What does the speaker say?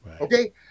Okay